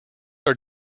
are